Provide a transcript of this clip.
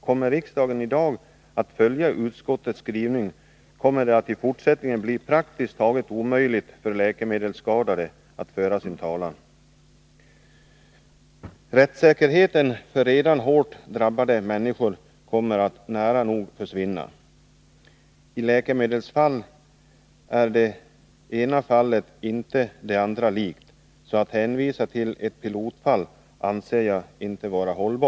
Kommer riksdagen i dag att följa utskottets skrivning, så blir det i fortsättningen praktiskt taget omöjligt för läkemedelsskadade att föra sin talan. Rättssäkerheten för redan hårt drabbade människor kommer att nära nog försvinna. I läkemedelsmål är det ena fallet inte det andra likt. Jag anser det därför inte vara hållbart att hänvisa till ett pilotfall.